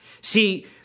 See